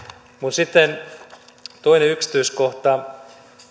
sitten toinen yksityiskohta